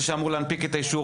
זה שאמור להנפיק את האישור,